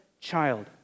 child